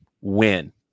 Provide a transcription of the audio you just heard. Win